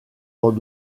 dans